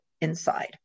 inside